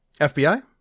FBI